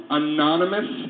anonymous